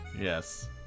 Yes